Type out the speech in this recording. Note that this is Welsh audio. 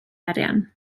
arian